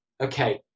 Okay